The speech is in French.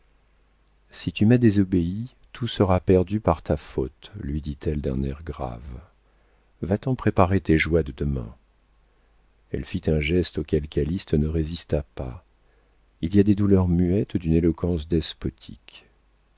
si tu m'as désobéi tout sera perdu par ta faute lui dit-elle d'un air grave va-t'en préparer tes joies de demain elle fit un geste auquel calyste ne résista pas il y a des douleurs muettes d'une éloquence despotique